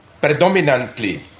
predominantly